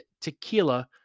tequila